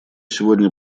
сегодня